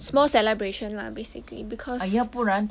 small celebration lah basically because